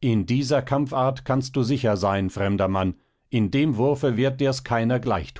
in dieser kampfart kannst du sicher sein fremder mann in dem wurfe wird dir's hier keiner gleich